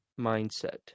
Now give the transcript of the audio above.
mindset